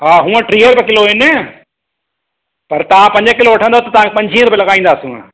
हा हूंअं टीहें रुपये किलो आहिनि पर तव्हां पंज किलो वठंदव तव्हांखे पंजवीहें रुपये लॻाईंदासूं